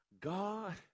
God